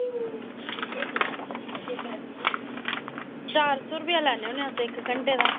चार सौ रपेआ लैन्ने होन्ने अस इक घंटे दा